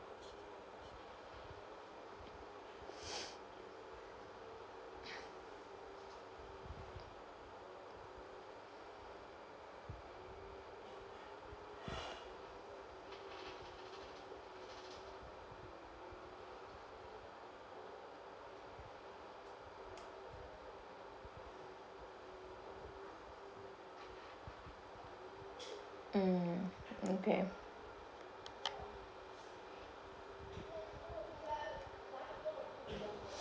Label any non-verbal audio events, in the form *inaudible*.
*breath* mm okay